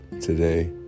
Today